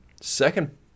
second